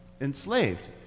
enslaved